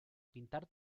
pintar